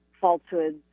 falsehoods